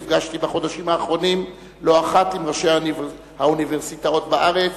נפגשתי בחודשים האחרונים לא אחת עם ראשי האוניברסיטאות בארץ,